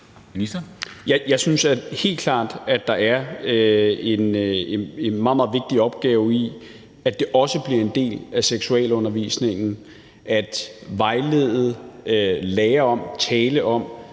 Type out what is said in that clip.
Jeg synes helt klart, at der er en meget, meget vigtig opgave i, at det også bliver en del af seksualundervisningen at vejlede om, lære om og tale om